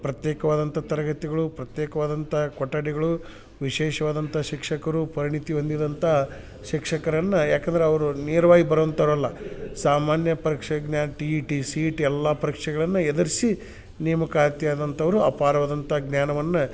ಪ್ರತ್ಯೇಕವಾದಂಥ ತರಗತಿಗಳು ಪ್ರತ್ಯೇಕವಾದಂಥ ಕೊಠಡಿಗಳು ವಿಶೇಷ್ವಾದಂಥ ಶಿಕ್ಷಕರು ಪರಿಣಿತಿ ಹೊಂದಿದಂಥ ಶಿಕ್ಷಕರನ್ನ ಯಾಕಂದ್ರೆ ಅವರು ನೇರವಾಗಿ ಬರ್ವಂತವ್ರು ಅಲ್ಲ ಸಾಮಾನ್ಯ ಪರೀಕ್ಷೆ ಗ್ನಾ T E T C E T ಎಲ್ಲಾ ಪರೀಕ್ಷೆಗಳನ್ನ ಎದ್ರಸಿ ನೇಮಕಾತಿ ಆದಂಥವರು ಅಪಾರವಾದಂಥ ಜ್ಞಾನವನ್ನ